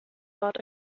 bought